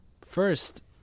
First